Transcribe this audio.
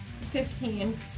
fifteen